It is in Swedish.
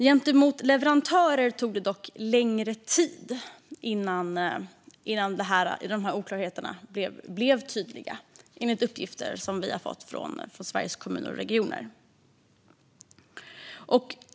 Gentemot leverantörer tog det dock längre tid innan oklarheterna blev tydliga, enligt uppgifter som vi har fått från Sveriges Kommuner och Regioner.